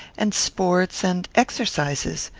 and sports, and exercises.